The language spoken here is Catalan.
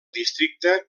districte